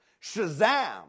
Shazam